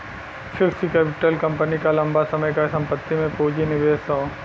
fixed capital company क लंबा समय क संपत्ति में पूंजी निवेश हौ